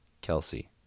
Kelsey